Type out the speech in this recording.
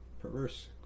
perverse